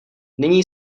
nyní